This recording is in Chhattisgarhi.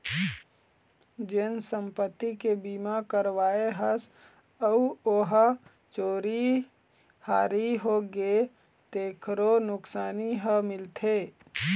जेन संपत्ति के बीमा करवाए हस अउ ओ ह चोरी हारी होगे तेखरो नुकसानी ह मिलथे